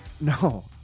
No